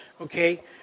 Okay